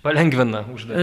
palengvina užduot